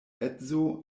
edzo